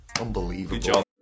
Unbelievable